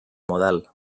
model